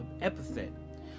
epithet